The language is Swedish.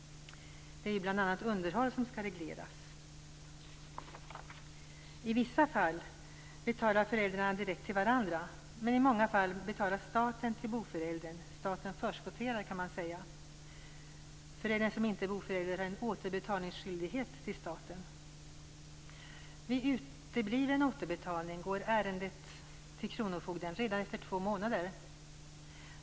Det är bl.a. underhåll som skall regleras. I vissa fall betalar föräldrarna det direkt till varandra, men i många fall betalar staten till boföräldern. Man kan säga att staten förskotterar. Föräldern som inte är boförälder får en återbetalningsskyldighet till staten. Vid utebliven återbetalning går ärendet till kronofogden redan efter två månader.